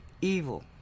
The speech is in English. evil